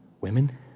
women